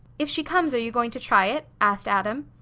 if she comes, are you going to try it? asked adam.